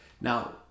Now